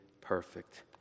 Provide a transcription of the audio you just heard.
perfect